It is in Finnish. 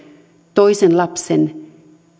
toisen lapsen